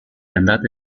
andata